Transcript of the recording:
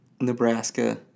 Nebraska